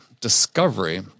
discovery